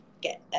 get